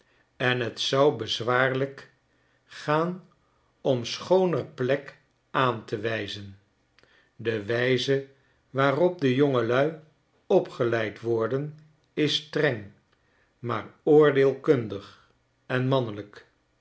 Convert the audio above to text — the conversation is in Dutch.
en j t zou bezwaarlyk gaan om schooner plek aan te wijzen de wijze waarop de jongelui opgeleid worden is streng maar oordeelkundig en mannelijk